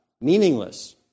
meaningless